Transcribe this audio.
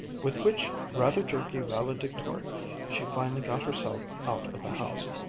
with which rather jerky valedictory she finally got herself out of the house.